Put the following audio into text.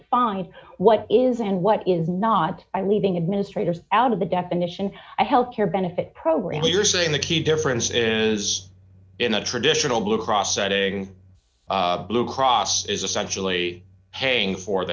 define what is and what is not i leaving administrators out of the definition of health care benefit program you're saying the key difference is in a traditional blue cross setting blue cross is essentially haying for the